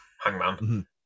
Hangman